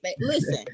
Listen